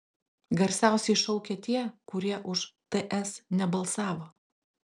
garsiausiai šaukia tie kurie už ts nebalsavo